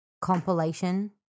compilation